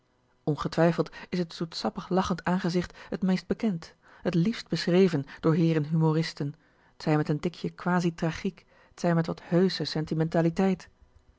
ongetwijfeld is het zoetsappig lachend aangezicht t meest bekend t liefst beschreven door heeren humoristen t zij met een tikje quasitragiek t zij met wat hèusche sentimentaliteit